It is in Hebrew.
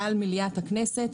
מעל מליאת הכנסת,